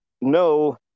no